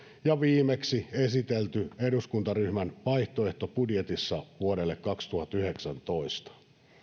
ja viimeksi esitelty eduskuntaryhmän vaihtoehtobudjetissa vuodelle kaksituhattayhdeksäntoista